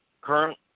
current